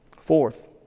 Fourth